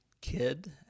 kid